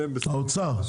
האוצר?